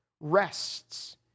rests